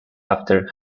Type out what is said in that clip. after